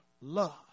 love